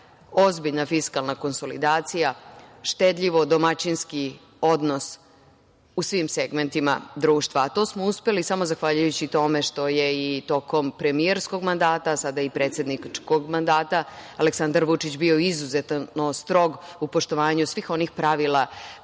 ozbiljna fiskalna konsolidacija, štedljivo-domaćinski odnos u svim segmentima društva. To smo uspeli samo zahvaljujući tome što je i tokom premijerskog mandata, sada i predsedničkog mandata, Aleksandar Vučić bio izuzetno strog u poštovanju svih onih pravila